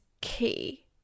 key